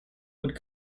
would